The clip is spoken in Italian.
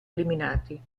eliminati